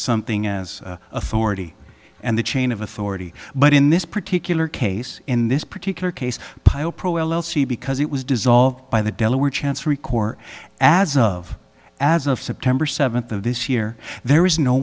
something as authority and the chain of authority but in this particular case in this particular case because it was dissolved by the delaware chancery court as of as of september seventh of this year there is no